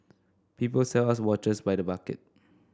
people sell us watches by the bucket